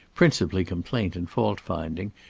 principally complaint and fault-finding,